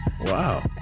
Wow